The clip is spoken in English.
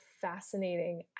fascinating